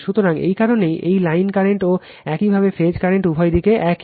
সুতরাং এই কারণেই এই লাইন কারেন্ট ও একইভাবে ফেজ কারেন্ট উভয়ই একই